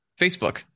facebook